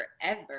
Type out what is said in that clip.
forever